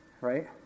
right